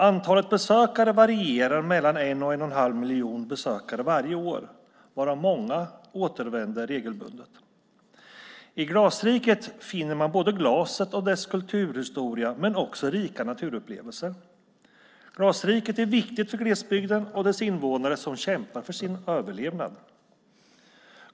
Antalet besökare varierar mellan en och en och en halv miljon varje år varav många återvänder regelbundet. I Glasriket finner man både glaset och dess kulturhistoria men också rika naturupplevelser. Glasriket är viktigt för glesbygden och dess invånare som kämpar för sin överlevnad.